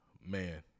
man